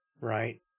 right